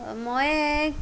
মই